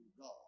God